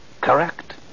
Correct